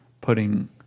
putting